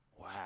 Wow